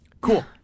Cool